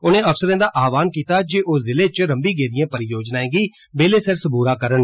उनें अफसरें दा आह्वान कीता जे ओह् ज़िले इच रम्मी गेदिए परियोजनाएं गी बेल्लै सिर सबूरा करन